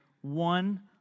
one